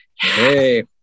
Hey